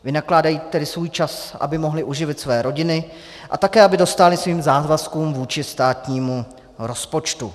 Vynakládají tedy svůj čas, aby mohli uživit své rodiny a také aby dostáli svým závazkům vůči státnímu rozpočtu.